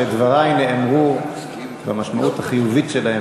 שדברי נאמרו במשמעות החיובית שלהם,